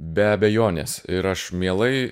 be abejonės ir aš mielai